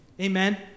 Amen